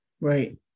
Right